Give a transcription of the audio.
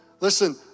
Listen